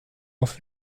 oft